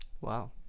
Wow